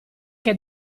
che